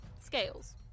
scales